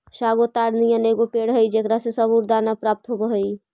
sago ताड़ नियन एगो पेड़ हई जेकरा से सबूरदाना प्राप्त होब हई